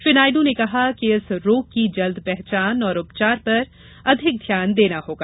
श्री नायडू ने कहा कि इस रोग की जल्द पहचान और उपचार पर अधिक ध्यान देना होगा